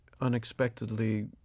unexpectedly